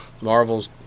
Marvels